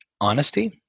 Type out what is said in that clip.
honesty